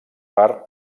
per